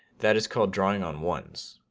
that is called drawing on once.